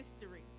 history